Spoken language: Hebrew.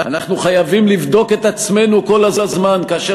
אנחנו חייבים לבדוק את עצמנו כל הזמן כאשר